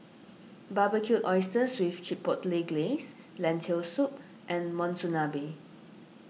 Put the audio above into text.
Barbecued Oysters with Chipotle Glaze Lentil Soup and Monsunabe